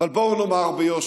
אבל בואו נאמר ביושר: